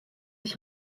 ich